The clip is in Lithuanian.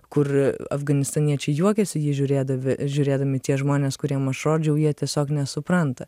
kur afganistaniečiai juokėsi jį žiūrėdavi žiūrėdami tie žmonės kuriem aš rodžiau jie tiesiog nesupranta